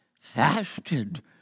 fasted